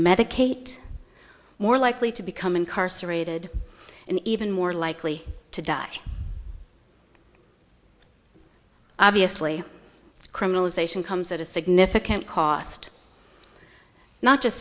medicate more likely to become incarcerated and even more likely to die obviously criminalization comes at a significant cost not just